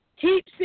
keep